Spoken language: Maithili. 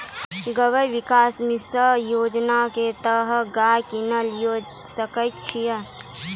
गव्य विकास मिसन योजना के तहत गाय केना लिये सकय छियै?